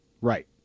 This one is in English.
Right